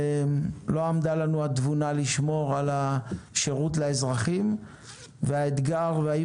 לא עמדה לנו התבונה לשמור על השירות לאזרחים והאתגר ואי